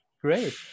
Great